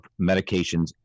medications